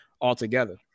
altogether